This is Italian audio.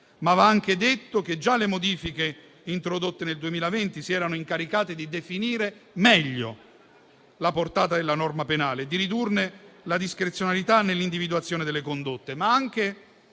Va anche detto però che già le modifiche introdotte nel 2020 si erano incaricate di definire meglio la portata della norma penale e di ridurne la discrezionalità nell'individuazione delle condotte. Ma anche